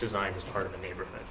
designed as part of a neighborhood